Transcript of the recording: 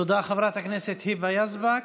תודה, חברת הכנסת היבה יזבק.